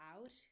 out